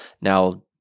Now